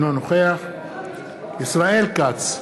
אינו נוכח ישראל כץ,